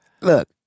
Look